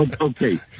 Okay